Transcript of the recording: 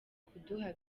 kuduha